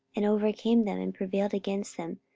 and overcame them, and prevailed against them,